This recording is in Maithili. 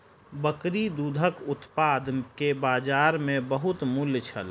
बकरी दूधक उत्पाद के बजार में बहुत मूल्य छल